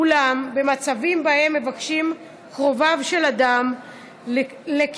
אולם במצבים שבהם מבקשים קרוביו של אדם לקוברו